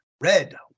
Red